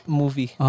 movie